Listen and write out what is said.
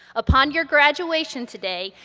upon your graduation today,